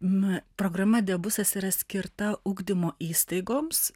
na programa diabusas yra skirta ugdymo įstaigoms